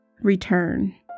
return